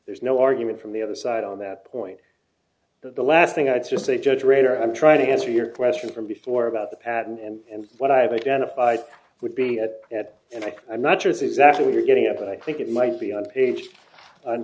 there's no argument from the other side on that point the last thing i'd just say judge rater i'm trying to answer your question from before about the patent and what i've identified would be at and i i'm not sure exactly what you're getting at but i think it might be on page on